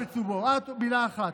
רק מילה אחת.